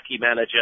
manager